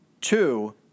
Two